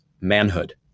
manhood